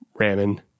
ramen